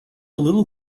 little